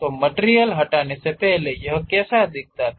तो मटिरियल हटाने से पहले यह कैसा दिखता है